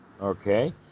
Okay